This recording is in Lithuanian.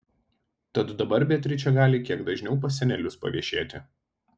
tad dabar beatričė gali kiek dažniau pas senelius paviešėti